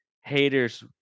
haters